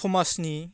समाजनि